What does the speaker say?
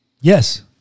Yes